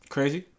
Crazy